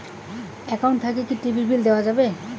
Account থাকি কি TV bill দেওয়া যাবে?